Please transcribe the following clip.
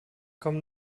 kommt